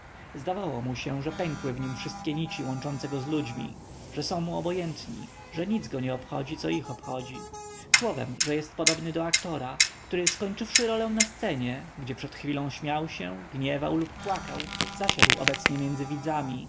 zdawało mu się że pękły w nim wszystkie nici łączące go z ludźmi że są mu obojętni że go nic nie obchodzi co ich obchodzi słowem że jest podobny do aktora który skończywszy rolę na scenie gdzie przed chwilą śmiał się gniewał lub płakał zasiadł obecnie między widzami